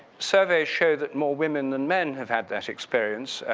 survey show that more women than men have had that experience.